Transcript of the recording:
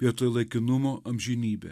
vietoj laikinumo amžinybė